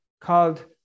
called